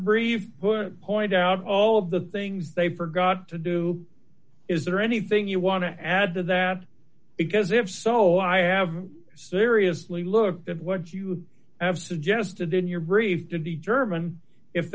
brief point out all of the things they forgot to do is there anything you want to add to that because if so i have seriously looked at what you have suggested in your brief to determine if